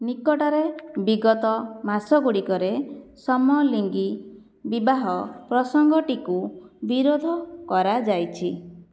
ନିକଟରେ ବିଗତ ମାସ ଗୁଡ଼ିକରେ ସମଲିଙ୍ଗୀ ବିବାହ ପ୍ରସଙ୍ଗଟିକୁ ବିରୋଧ କରାଯାଇଛି